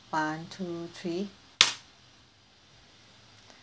one two three